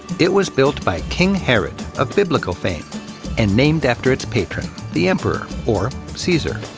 it was built by king herod of biblical fame and named after its patron, the emperor, or caesar.